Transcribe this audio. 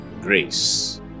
grace